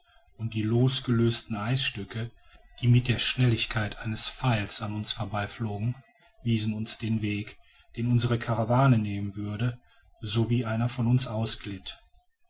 und die losgelösten eisstücke die mit der schnelligkeit eines pfeiles an uns vorbei flogen wiesen uns den weg den unsere karawane nehmen würde so wie einer von uns ausglitt